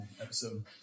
episode